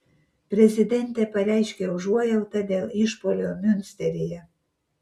prezidentė pareiškė užuojautą dėl išpuolio miunsteryje